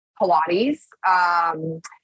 Pilates